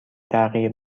تغییر